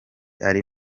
ari